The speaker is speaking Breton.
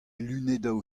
lunedoù